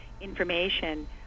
information